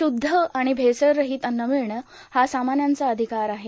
शुध्द आणि भेसळरहीत अव्न मिळणं हा सामान्यांचा अधिकार आहे